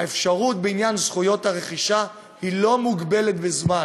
האפשרות בעניין זכויות הרכישה אינה מוגבלת בזמן.